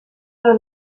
los